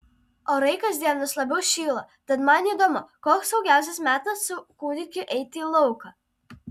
orai kasdien vis labiau šyla tad man įdomu koks saugiausias metas su kūdikiu eiti į lauką